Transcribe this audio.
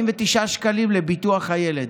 49 שקלים לביטוח הילד,